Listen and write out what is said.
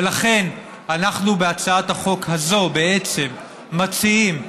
ולכן אנחנו בהצעת החוק הזו בעצם מציעים לדחות,